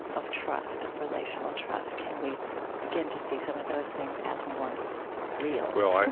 of trust, of relational trust, can we begin to see some of those things as more real well,